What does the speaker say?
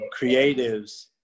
creatives